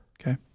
Okay